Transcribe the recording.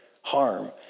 harm